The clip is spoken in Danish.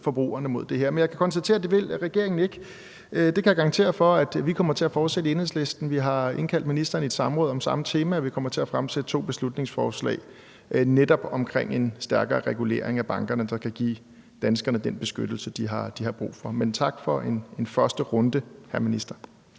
forbrugerne mod det her. Men jeg kan konstatere, at det vil regeringen ikke. Jeg kan garantere for, at vi kommer til at fortsætte med det her i Enhedslisten. Vi har indkaldt ministeren til et samråd om samme tema, og vi kommer til at fremsætte to beslutningsforslag netop om en stærkere regulering af bankerne, der kan give danskerne den beskyttelse, de har brug for. Men tak for den første runde, hr. minister.